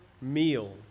meal